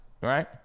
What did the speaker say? right